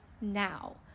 now